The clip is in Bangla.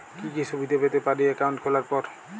কি কি সুবিধে পেতে পারি একাউন্ট খোলার পর?